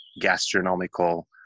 gastronomical